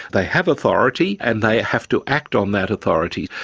they have authority and they have to act on that authority.